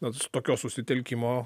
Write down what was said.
bet tokios susitelkimo